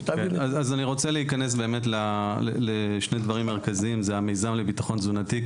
רוצה להיכנס לשני דברים מרכזיים זה המיזם לביטחון תזונתי,